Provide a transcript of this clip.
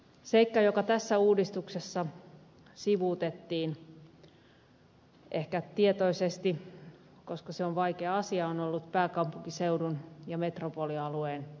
seikka joka tässä uudistuksessa sivuutettiin ehkä tietoisesti koska se on vaikea asia on pääkaupunkiseudun ja metropolialueen erityiskysymykset